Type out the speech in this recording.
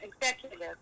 executive